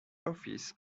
office